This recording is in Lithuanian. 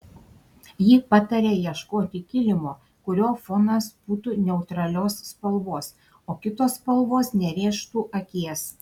ji pataria ieškoti kilimo kurio fonas būtų neutralios spalvos o kitos spalvos nerėžtų akies